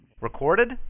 Recorded